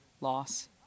loss